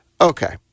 Okay